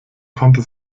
konnte